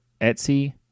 etsy